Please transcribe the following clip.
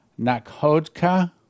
Nakhodka